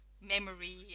memory